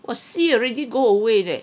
!wah! see already go away leh